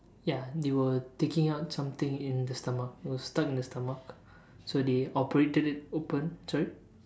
ya they were taking out something in the stomach it was stuck in the stomach so they operated it open sorry